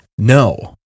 No